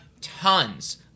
tons